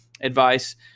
advice